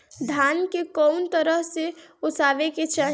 धान के कउन तरह से ओसावे के चाही?